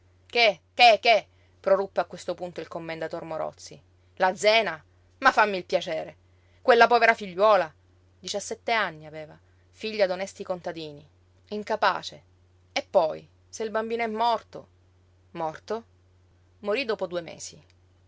che che che proruppe a questo punto il commendator morozzi la zena ma fammi il piacere quella povera figliuola diciassette anni aveva figlia d'onesti contadini incapace e poi se il bambino è morto morto morí dopo due mesi